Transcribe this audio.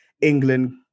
England